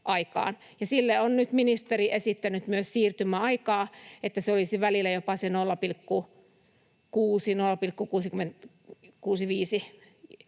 Sille on nyt ministeri myös esittänyt siirtymäaikaa, että se olisi välillä jopa 0,6—0,65 ja sitten